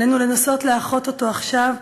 עלינו לנסות לאחות אותו עכשיו,